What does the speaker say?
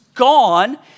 gone